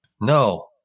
No